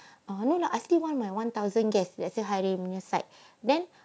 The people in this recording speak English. ah you know lah I still want my one thousand guest let's say hairin punya side then